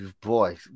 Boy